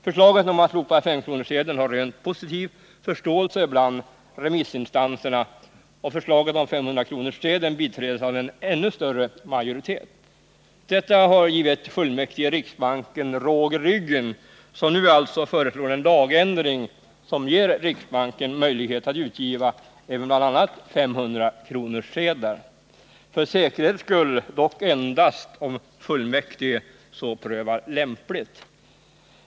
Förslaget om att slopa 5-kronorssedeln har rönt en positiv förståelse bland remissinstanserna, och förslaget om 500-kronorssedeln biträds av en ännu större majoritet. Detta har givit råg i ryggen åt fullmäktige i riksbanken, som nu föreslår en lagändring så att riksbanken får möjlighet att ge ut även bl.a. 500 kronorssedlar — för säkerhets skull dock endast om fullmäktige så prövar lämpligt.